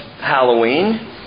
Halloween